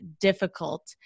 difficult